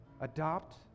adopt